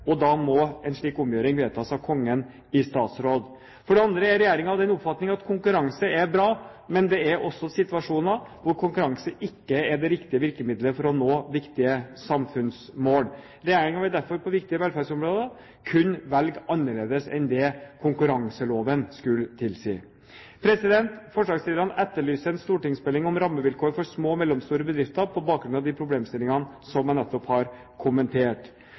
og da må en slik omgjøring vedtas av Kongen i statsråd. For det andre er regjeringen av den oppfatning at konkurranse er bra, men det er også situasjoner hvor konkurranse ikke er det riktige virkemidlet for å nå viktige samfunnsmål. Regjeringen vil derfor på viktige velferdsområder kunne velge annerledes enn det konkurranseloven skulle tilsi. Forslagsstillerne etterlyser en stortingsmelding om rammevilkår for små og mellomstore bedrifter på bakgrunn av de problemstillingene som jeg nettopp har kommentert.